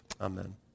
Amen